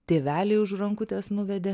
tėveliai už rankutės nuvedė